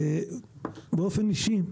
באופן אישי,